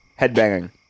headbanging